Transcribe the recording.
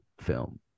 film